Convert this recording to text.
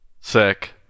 Sick